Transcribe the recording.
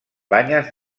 banyes